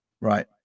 right